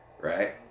Right